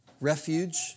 refuge